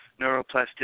neuroplasticity